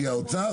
מי, האוצר?